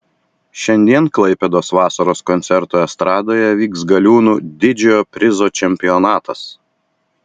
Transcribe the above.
šiandien klaipėdos vasaros koncertų estradoje vyks galiūnų didžiojo prizo čempionatas